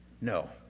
no